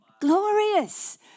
Glorious